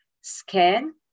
scan